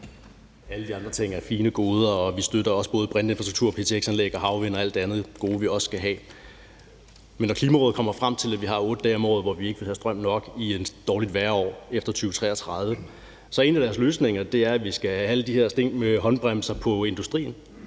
Alle de andre ting er fine goder. Vi støtter også både brintinfrastrukturen, ptx-anlæg, havvindmøller og alt det andet gode, vi også skal have. Men Klimarådet kommer frem til, at det er 8 dage om året, hvor vi ikke vil have strøm nok i et dårligt vejrår efter 2033, og en af deres løsninger er, at vi skal have alle de her sten med håndbremser på industrien.